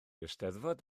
eisteddfod